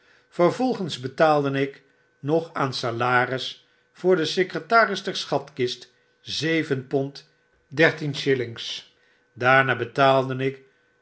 vervolgens betaalde ik nog aan salaris voor men secretaris der schatkist zeven pond dertien shillings daarna betaalde ik